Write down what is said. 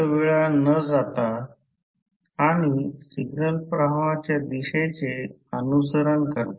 मग हा Bmax नंतर करंटची दिशा उलटवत आहे